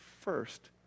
first